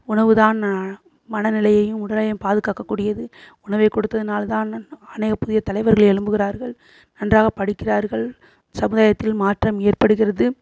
உணவு தான் மனநிலையையும் உடலையும் பாதுகாக்கக்கூடியது உணவைக் கொடுத்ததுனால தான் அநேக புதிய தலைவர்கள் எழும்புகிறார்கள் நன்றாக படிக்கிறார்கள் சமுதாயத்தில் மாற்றம் ஏற்படுகிறது